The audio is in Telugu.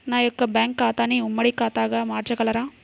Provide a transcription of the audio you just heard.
నా యొక్క బ్యాంకు ఖాతాని ఉమ్మడి ఖాతాగా మార్చగలరా?